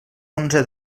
onze